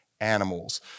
animals